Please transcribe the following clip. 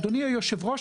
אדוני היושב-ראש,